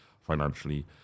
financially